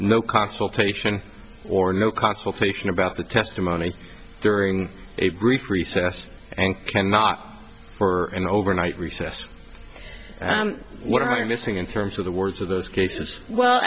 no consultation or no consultation about the testimony during a brief recess and not for an overnight recess what are you missing in terms of the words of those cases well